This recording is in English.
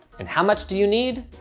and how much do you need?